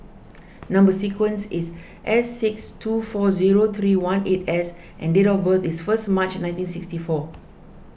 Number Sequence is S six two four zero three one eight S and date of birth is first March nineteen sixty four